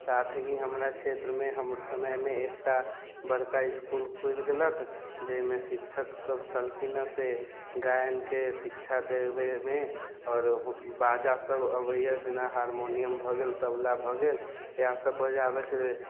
साथ ही हमर समयमे हमर क्षेत्रमे एकटा बड़का इसकुल खुलि गेलक जाहिमे शिक्षक सभ छलखिन हँ से गायनके शिक्षा देबैमे आओर बाजा सभ अबैया जेना हार्मोनियम भए गेल तबला भए गेल इएह सभ बजाबयके